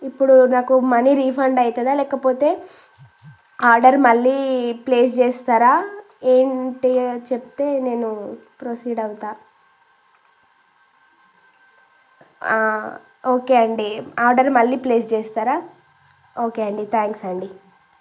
ఇప్పుడు నాకు money refund అవుతుందా లేకపోతే ఆర్డర్ మళ్ళీ ప్లేస్ చేస్తరా ఏంటి అది చెప్తే నేను ప్రొసీడ్ అవుతాను ఓకే అండి ఆర్డర్ మళ్ళీ ప్లేస్ చేస్తారా ఓకే అండి థ్యాంక్స్ అండి